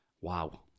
Wow